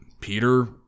Peter